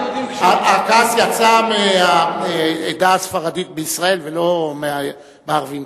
הכעס יצא מהעדה הספרדית בישראל ולא מהערבים,